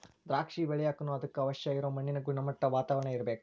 ದ್ರಾಕ್ಷಿ ಬೆಳಿಯಾಕನು ಅದಕ್ಕ ಅವಶ್ಯ ಇರು ಮಣ್ಣಿನ ಗುಣಮಟ್ಟಾ, ವಾತಾವರಣಾ ಇರ್ಬೇಕ